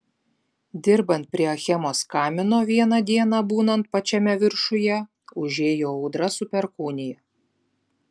dirbant prie achemos kamino vieną dieną būnant pačiame viršuje užėjo audra su perkūnija